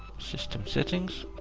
system settings.